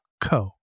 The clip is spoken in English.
co